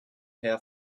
herr